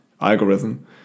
algorithm